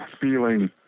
feeling